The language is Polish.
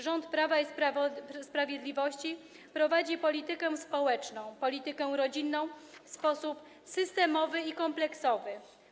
Rząd Prawa i Sprawiedliwości prowadzi politykę społeczną, politykę rodzinną w sposób systemowy i kompleksowy.